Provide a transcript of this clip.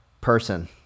person